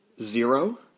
Zero